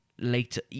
later